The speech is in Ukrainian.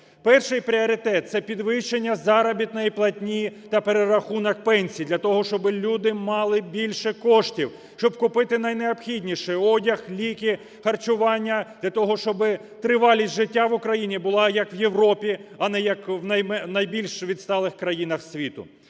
Перший пріоритет - це підвищення заробітної платні та перерахунок пенсій для того, щоб люди мали більше коштів, щоб купити найнеобхідніше: одяг, ліки, харчування, для того щоб тривалість життя в Україні було, як в Європі, а не як в найбільш відсталих країнах світу.